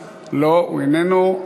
לא, הוא איננו.